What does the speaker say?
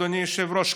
אדוני היושב-ראש,